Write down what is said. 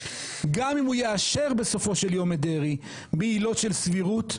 גם אם הוא יאשר בסופו של יום את דרעי בעילות של סבירות,